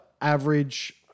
average